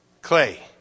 clay